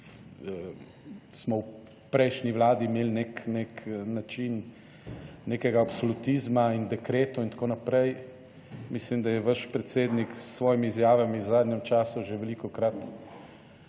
smo v prejšnji vladi imeli nek, nek način nekega absolutizma in dekreti in tako naprej. Mislim, da je vaš predsednik s svojimi izjavami v zadnjem času že velikokrat